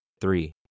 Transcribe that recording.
Three